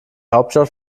hauptstadt